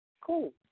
Cool